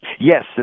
Yes